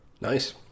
Nice